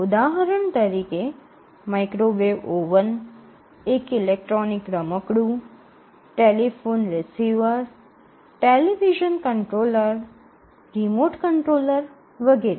ઉદાહરણ તરીકે microwave oven એક ઇલેક્ટ્રોનિક રમકડું telephone receiver television controller remote controller વગેરે